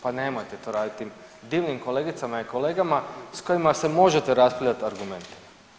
Pa nemojte to raditi, divnim kolegicama i kolegama sa kojima se možete raspravljati argumentima.